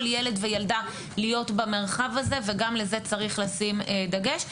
ילד וילדה להיות במרחב הזה וגם לזה צריך לשים דגש.